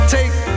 Take